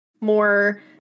more